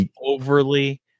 overly